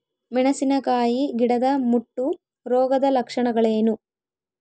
ಮೆಣಸಿನಕಾಯಿ ಗಿಡದ ಮುಟ್ಟು ರೋಗದ ಲಕ್ಷಣಗಳೇನು?